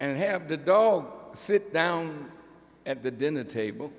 and have the dog sit down at the dinner table